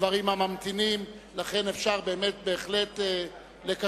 הדברים הממתינים, לכן אפשר באמת בהחלט לקצר.